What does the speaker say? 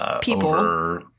People